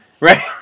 Right